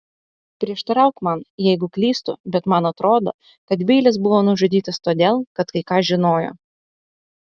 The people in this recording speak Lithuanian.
prieštarauk man jeigu klystu bet man atrodo kad beilis buvo nužudytas todėl kad kai ką žinojo